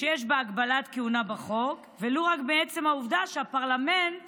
ויש בה הגבלת כהונה בחוק ולו רק מעצם העובדה שהפרלמנט